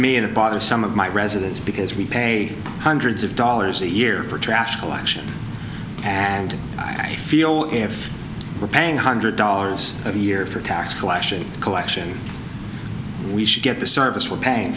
me in a bother some of my residents because we pay hundreds of dollars a year for trash collection and i feel if we're paying hundred dollars a year for tax collection collection we should get the service we're paying